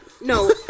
No